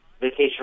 vacation